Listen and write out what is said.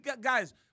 Guys